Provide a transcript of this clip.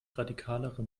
radikalere